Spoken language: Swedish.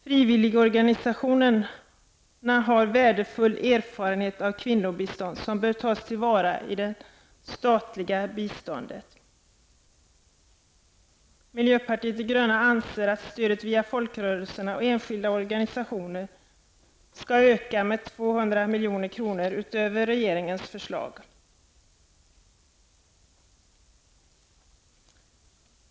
Frivilligorganisationerna har värdefull erfarenhet av kvinnobistånd som bör tas till vara i det statliga biståndet. Miljöpartiet de gröna anser att stödet via folkrörelserna och enskilda organisationer skall öka med 200 milj.kr. utöver regeringens förslag.